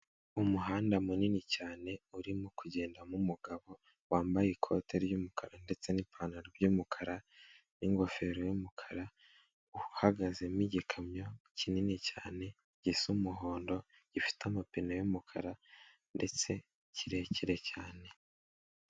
Umuhanda munini cyane urimo kugendamo umugabo wambaye ikote ry'umukara ndetse nipantaro by'umukara n'ingofero y'umukara, uhagazemo igikamyo kinini cyane gisa umuhondo gifite amapine y'umukara ndetse kirekire cyane.